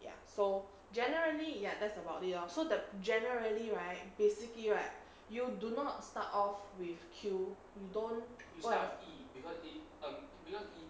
ya so generally ya that's about it lor so that generally right basically right you do not start off with Q you don't what